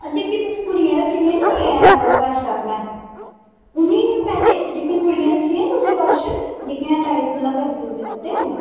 हां जेह्की तुसें कुड़ियां रक्खी दियां निं कश अपने नेईं ओह् पैह्लें जेह्कियां कुड़ियां रक्खी दियां निं तुसें कश जेह्कियां टाइट खु'ल्ला करी दिंदियां तुसें ई